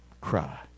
cry